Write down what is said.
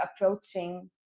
approaching